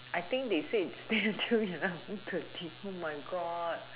I think they said ten till eleven thirty oh my god